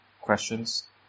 questions